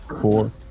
four